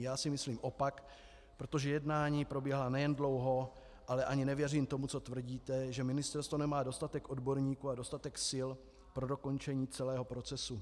Já si myslím opak, protože jednání probíhala nejen dlouho, ale ani nevěřím tomu, co tvrdíte, že ministerstvo nemá dostatek odborníků a dostatek sil pro dokončení celého procesu.